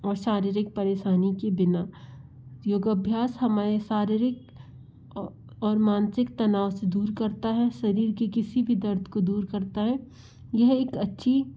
और शारीरिक परेशानी की बिना योगाभ्यास हमें शारीरिक और और मानसिक तनाव से दूर करता है शरीर के किसी भी दर्द को दूर करता है यह एक अच्छी